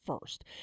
first